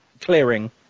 clearing